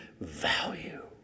value